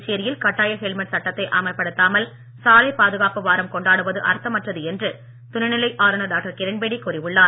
புதுச்சேரியில் கட்டாய ஹெல்மட் சட்டத்தை அமல்படுத்தாமல் பாதுகாப்பு வாரம் கொண்டாடுவது அர்த்தமற்றது சாலை என்று துணைநிலை ஆளுநர் டாக்டர் கிரண் பேடி கூறியுள்ளார்